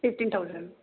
fifteen thousand